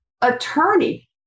attorney